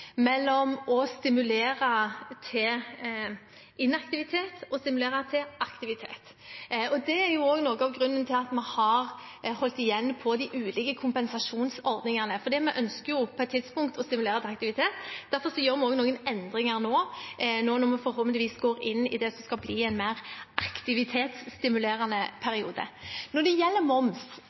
mellom å stimulere til inaktivitet og å stimulere til aktivitet. Det er også noe av grunnen til at vi har holdt igjen på de ulike kompensasjonsordningene, for vi ønsker jo på et tidspunkt å stimulere til aktivitet. Derfor gjør vi også noen endringer nå, når vi forhåpentligvis går inn i det som skal bli en mer aktivitetsstimulerende periode. Når det gjelder moms